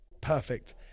Perfect